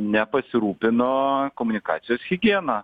nepasirūpino komunikacijos higiena